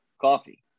coffee